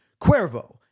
Cuervo